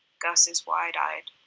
gus is wide eyed.